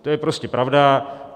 To je prostě pravda.